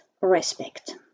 respect